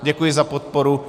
Děkuji za podporu.